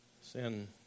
sin